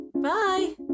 bye